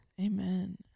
Amen